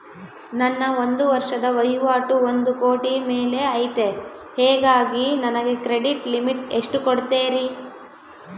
ನನ್ನ ಒಂದು ವರ್ಷದ ವಹಿವಾಟು ಒಂದು ಕೋಟಿ ಮೇಲೆ ಐತೆ ಹೇಗಾಗಿ ನನಗೆ ಕ್ರೆಡಿಟ್ ಲಿಮಿಟ್ ಎಷ್ಟು ಕೊಡ್ತೇರಿ?